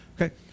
okay